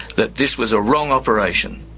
that this was a wrong operation.